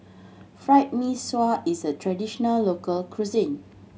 Fried Mee Sua is a traditional local cuisine